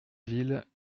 ville